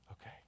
Okay